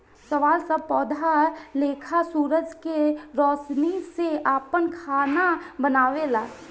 शैवाल सब पौधा लेखा सूरज के रौशनी से आपन खाना बनावेला